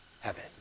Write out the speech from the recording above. heaven